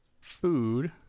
food